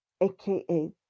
aka